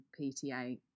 PTA